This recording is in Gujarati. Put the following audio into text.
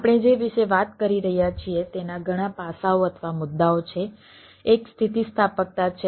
આપણે જે વિશે વાત કરી રહ્યા છીએ તેના ઘણા પાસાઓ અથવા મુદ્દાઓ છે એક સ્થિતિસ્થાપકતા છે